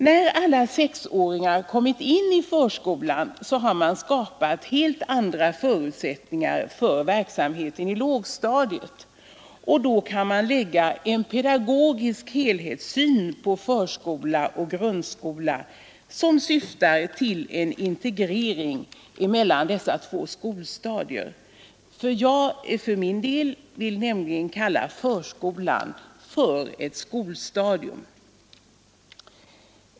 När alla sexåringar kommit in i förskolan har man skapat helt andra förutsättningar för verksamheten i lågstadiet, och då kan man lägga en pedagogisk helhetssyn på förskola och grundskola som syftar till en integrering mellan dessa två skolstadier. Jag vill nämligen kalla förskolan för ett skolstadium.